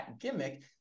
gimmick